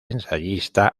ensayista